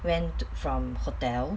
went from hotel